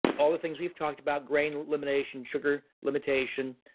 all the things we have talked about, grain elimination, sugar limitation,